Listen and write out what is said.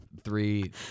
three